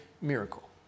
miracle